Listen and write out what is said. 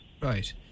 Right